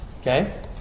Okay